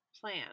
plan